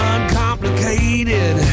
Uncomplicated